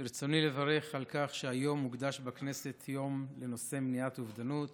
ברצוני לברך על כך שהיום הוקדש בכנסת לנושא מניעת אובדנות.